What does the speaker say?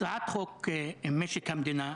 הצעת חוק משק המדינה,